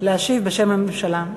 להשיב בשם הממשלה.